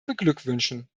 beglückwünschen